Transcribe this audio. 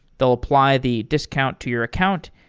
they'll apply the discount to your account,